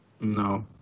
No